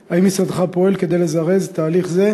לשאלה,